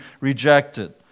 rejected